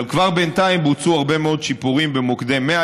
אבל כבר בינתיים בוצעו הרבה מאוד שיפורים במוקדי 100,